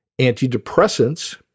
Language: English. Antidepressants